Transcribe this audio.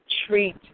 Treat